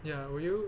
ya will you